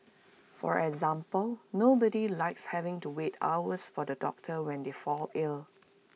for example nobody likes having to wait hours for the doctor when they fall ill